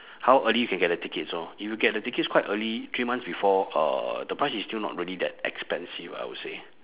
how early you can get the tickets orh if you get the tickets quite early three months before uh the price is still not really that expensive I would say